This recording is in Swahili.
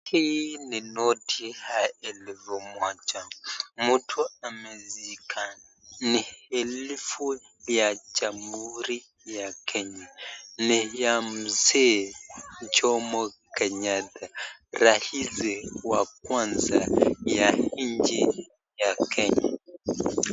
Hii ni noti ya elfu moja mtu ameshika ni elfu ya jamuhuri ya kenya ni ya Mzee jomo Kenyatta raisi wa kwanza wa nchi ya Kenya.